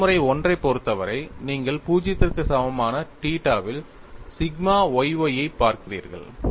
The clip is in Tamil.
பயன்முறை I ஐப் பொறுத்தவரை நீங்கள் 0 க்கு சமமான θ வில் சிக்மா yy ஐப் பார்க்கிறீர்கள்